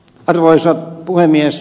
arvoisa puhemies